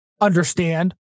understand